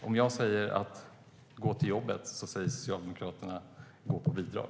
Om jag säger "gå till jobbet", så säger Socialdemokraterna "gå på bidrag".